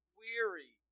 weary